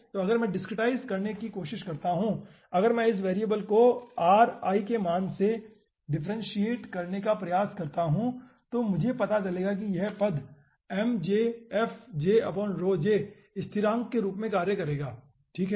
तो अगर मैं डिसक्रीटाईज करने की कोशिश करता हूं या अगर मैं इस वेरिएबल को ri के मान से डिफ्रेंसियेट करने का प्रयास करता हूं तो मुझे पता चलेगा कि यह पद स्थिरांक के रूप में कार्य करेगा ठीक है